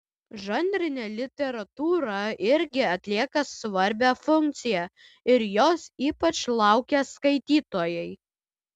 žanrinė literatūra irgi atlieka svarbią funkciją ir jos ypač laukia skaitytojai